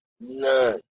None